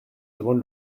demande